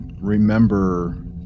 remember